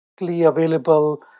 available